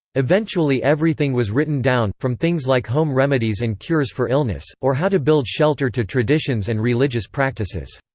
eventually everything was written down, from things like home remedies and cures for illness, or how to build shelter to traditions and religious practices.